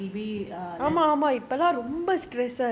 the stress can be err less